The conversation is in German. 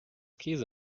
käse